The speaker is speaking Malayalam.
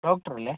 ഡോക്റ്ററല്ലേ